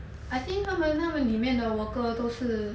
I think 他们那么里面的 worker 都是